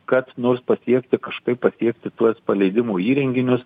kad nors pasiekti kažkaip pasiekti tuos paleidimo įrenginius